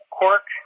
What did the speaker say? cork